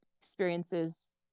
experiences